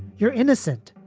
you're innocent,